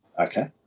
okay